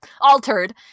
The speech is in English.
Altered